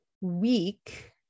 week